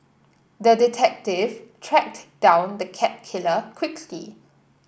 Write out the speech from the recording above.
the detective tracked down the cat killer quickly